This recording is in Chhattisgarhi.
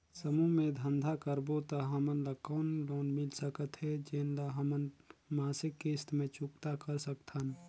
समूह मे धंधा करबो त हमन ल कौन लोन मिल सकत हे, जेन ल हमन मासिक किस्त मे चुकता कर सकथन?